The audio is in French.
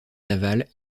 navale